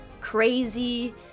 crazy